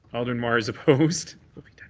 alderman mar is opposed?